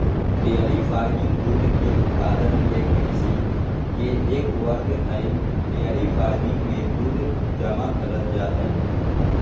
dairy farming दूध के उत्पादन ले कृषि के एक वर्ग हई डेयरी फार्मिंग मे दूध जमा करल जा हई